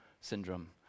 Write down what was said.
syndrome